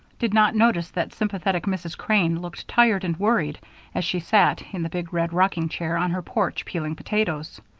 did not notice that sympathetic mrs. crane looked tired and worried as she sat, in the big red rocking chair on her porch, peeling potatoes.